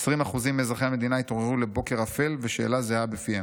20% מאזרחי המדינה התעוררו לבוקר אפל ושאלה זהה בפיהם.